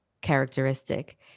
characteristic